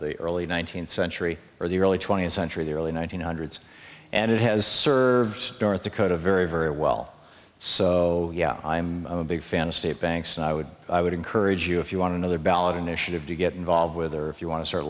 the early nineteenth century or the early twentieth century the early one nine hundred and it has served the code a very very well so yeah i'm a big fan of state banks and i would i would encourage you if you want another ballot initiative to get involved with or if you want to start